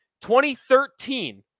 2013